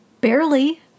barely